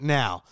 now